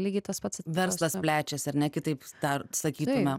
lygiai tas pats verslas plečiasi ar ne kitaip dar sakytume